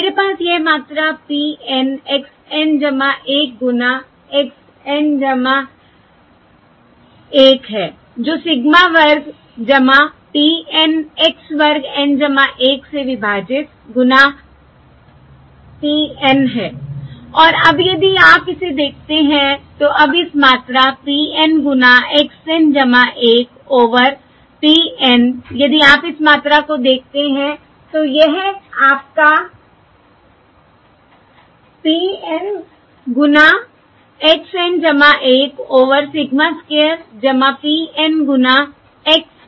मेरे पास यह मात्रा p N x N 1 गुणा x N 1 है जो सिग्मा वर्ग p N x वर्ग N 1 से विभाजित गुणा p N है और अब यदि आप इसे देखते हैं तो अब इस मात्रा p N गुणा x N 1 over p N यदि आप इस मात्रा को देखते हैं तो यह आपका p N गुणा x N 1 over sigma square p N गुणा x स्क्वायर N 1 है